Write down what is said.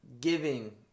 giving